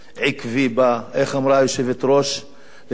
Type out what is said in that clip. הוא עקבי בה, איך אמרה היושבת-ראש לפניך?